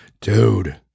dude